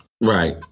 Right